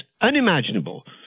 unimaginable